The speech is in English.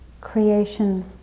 creation